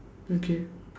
okay